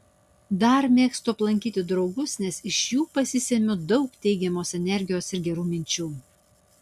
dar mėgstu aplankyti draugus nes iš jų pasisemiu daug teigiamos energijos ir gerų minčių